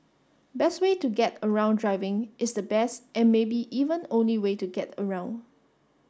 best way to get around driving is the best and maybe even only way to get around